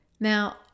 Now